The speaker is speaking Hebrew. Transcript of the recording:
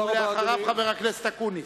אחריו, חבר הכנסת אקוניס.